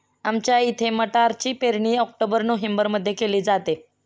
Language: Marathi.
आमच्या इथे मटारची पेरणी ऑक्टोबर नोव्हेंबरमध्ये केली जाते